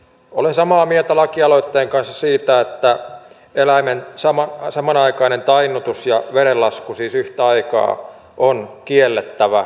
olen samaa mieltä lakialoitteen kanssa siitä että eläimen samanaikainen tainnutus ja verenlasku siis yhtä aikaa on kiellettävä